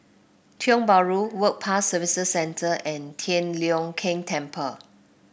Tiong Bahru Work Pass Services Centre and Tian Leong Keng Temple